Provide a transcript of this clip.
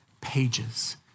pages